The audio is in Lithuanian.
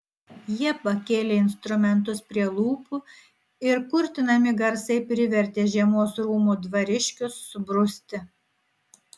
jie pakėlė instrumentus prie lūpų ir kurtinami garsai privertė žiemos rūmų dvariškius subruzti